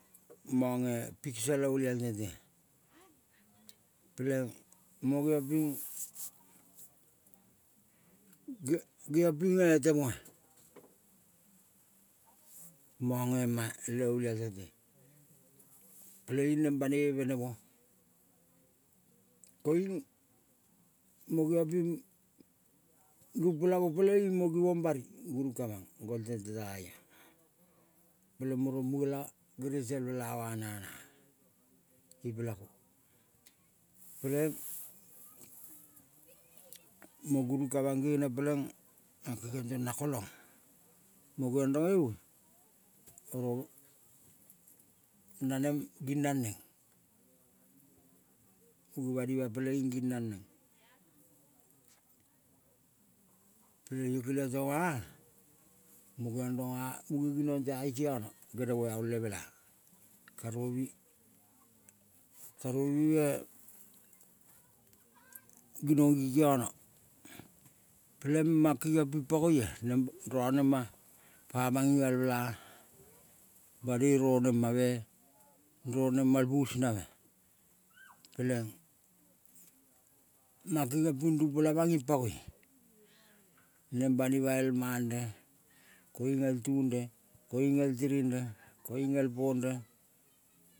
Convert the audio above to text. Manga piksa le olial tentea peleng mo ge geang pinge temoa, mang ema le olial tente peleing neng banoi benemo. Koiung mo geong ping rumpela mo peleing givong bari gurung kamang gol tente taioa, peleng mo rong mungela gerengsal mela va nana ipela ko peleng mo gurun kamang gevene peleng mang kengiong tong tona kolang, peleng mo geviong rong eve oro naneng ginan neng muge banima peleing ginen neng peleng lo keliong tong-a pelong mo geang rong-a. Munge ginong talong ikiono genemo gol le mela karovu, karovue ginong ikiono. Peleng mang kengiong ping pangoia neng rane ma pamang imal mela banoi ronema, me ronema el bus nave peleng mang kengiong ping rumpela mang ing pangoi. Neng banima el mande, koiung el tunde koiung el tirinde koiung el ponde.